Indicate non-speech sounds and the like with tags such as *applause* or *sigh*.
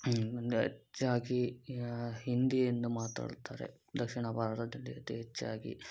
*unintelligible* ಹೆಚ್ಚಾಗಿ ಹಿಂದಿಯನ್ನು ಮಾತಾಡುತ್ತಾರೆ ದಕ್ಷಿಣ ಭಾರತದಲ್ಲಿ ಅತೀ ಹೆಚ್ಚಾಗಿ